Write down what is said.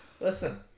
Listen